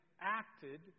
acted